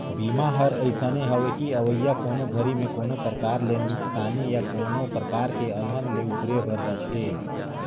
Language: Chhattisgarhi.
बीमा हर अइसने हवे कि अवइया कोनो घरी मे कोनो परकार के नुकसानी या कोनो परकार के अलहन ले उबरे बर रथे